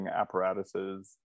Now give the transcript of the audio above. apparatuses